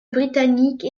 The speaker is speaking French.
britannique